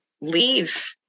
leave